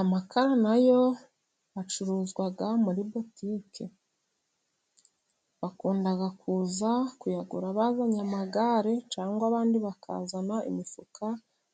Amakara nayo acuruzwa muri botike, bakunda kuza kuyagura babonye amagare, cyangwa abandi bakazana imifuka